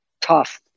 tough